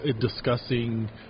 Discussing